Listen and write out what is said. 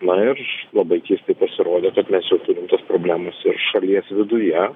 na ir labai keistai pasirodė kad mes jau turim tas problemas ir šalies viduje